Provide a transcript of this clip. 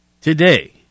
today